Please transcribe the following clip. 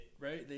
right